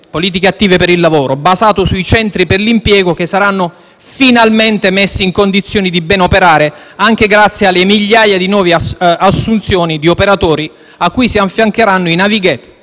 politiche attive per il lavoro, basato sui centri per l'impiego che saranno finalmente messi in condizioni di ben operare anche grazie alle migliaia di nuove assunzioni di operatori, a cui si affiancheranno i *navigator*